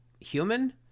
human